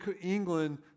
England